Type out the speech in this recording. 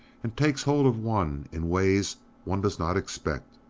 and takes hold of one in ways one does not expect.